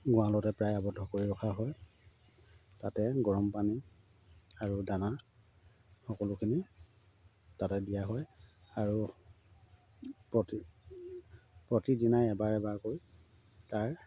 গড়ালতে প্ৰায় আৱদ্ধ কৰি ৰখা হয় তাতে গৰম পানী আৰু দানা সকলোখিনি তাতে দিয়া হয় আৰু প্ৰতি প্ৰতিদিনাই এবাৰ এবাৰকৈ তাৰ